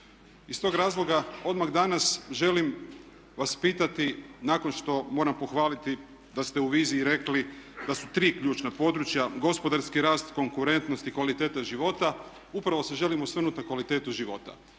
Iz tog razloga odmah danas želim vas pitati nakon što moram pohvaliti da ste u viziji rekli da su tri ključna područja: gospodarski rast, konkurentnost i kvaliteta života. Upravo se želim osvrnuti na kvalitetu života.